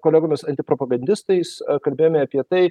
kolegomis antipropagandistais kalbėjome apie tai